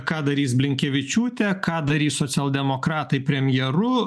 ką darys blinkevičiūtė ką darys socialdemokratai premjeru